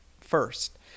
first